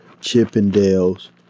Chippendale's